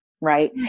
Right